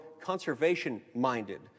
conservation-minded